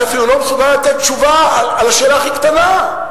שאפילו לא מסוגל לתת תשובה על השאלה הכי קטנה: